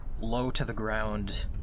low-to-the-ground